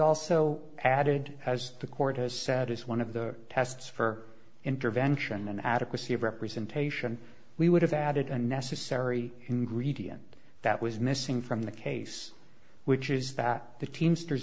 also added as the court has said as one of the tests for intervention and adequacy of representation we would have added a necessary ingredient that was missing from the case which is that the teamsters